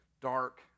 dark